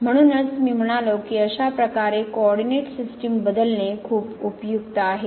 म्हणूनच मी म्हणालो की अशा प्रकारे कोऑरडीनेट सिस्टीम बदलणे खूप उपयुक्त आहे